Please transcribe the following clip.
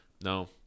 No